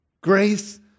Grace